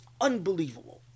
unbelievable